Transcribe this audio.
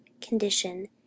condition